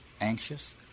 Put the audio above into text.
anxious